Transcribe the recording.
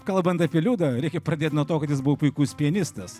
kalbant apie liudą reikia pradėt nuo to kad jis buvo puikus pianistas